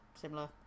Similar